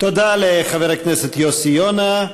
תודה לחבר הכנסת יוסי יונה.